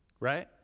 right